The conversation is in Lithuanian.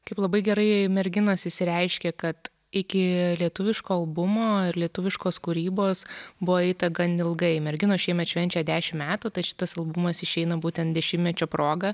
kaip labai gerai merginos išsireiškė kad iki lietuviško albumo ir lietuviškos kūrybos buvo eita gan ilgai merginos šiemet švenčia dešim metų tad šitas albumas išeina būtent dešimečio proga